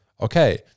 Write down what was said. okay